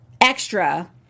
extra